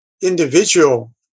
individual